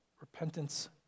Repentance